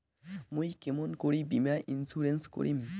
মুই কেমন করি বীমা ইন্সুরেন্স করিম?